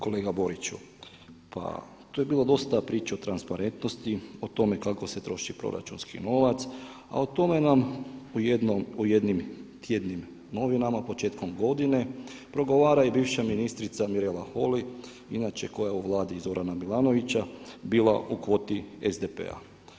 Kolega Boriću, pa tu je bilo dosta priče o transparentnosti, o tome kako se troši proračunski novac, a o tome nam u jednim tjednim novinama početkom godine progovara i bivša ministrica Mirela Holy inače koja je u Vladi Zorana Milanovića bila u kvoti SDP-a.